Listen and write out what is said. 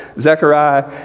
Zechariah